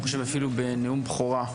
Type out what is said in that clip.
אני חושב אפילו בנאום בכורה,